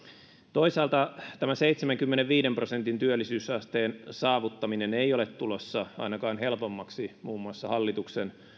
toisaalta tämä seitsemänkymmenenviiden prosentin työllisyysasteen saavuttaminen ei ole tulossa ainakaan helpommaksi muun muassa hallituksen